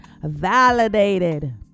Validated